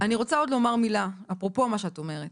אני רוצה לומר עוד מילה, אפרופו מה שאת אומרת,